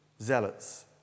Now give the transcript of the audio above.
Zealots